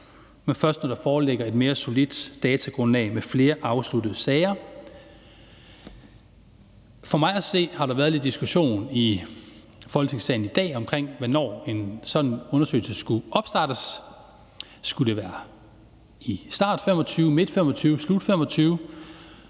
men først, når der foreligger et mere solidt datagrundlag med flere afsluttede sager. Der har været lidt diskussion i Folketingssalen i dag om, hvornår en sådan undersøgelse skulle opstartes. Skulle det være i starten af 2025, midten